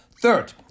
Third